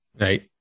Right